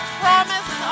promise